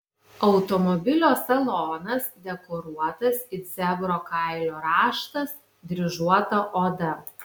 automobilio salonas dekoruotas it zebro kailio raštas dryžuota oda